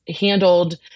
handled